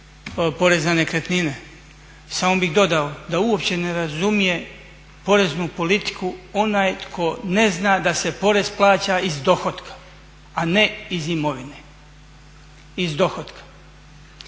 porez na nekretnine. Samo bih dodao da uopće ne razumije poreznu politiku onaj tko ne zna da se porez plaća iz dohotka, a ne iz imovine, iz dohotka.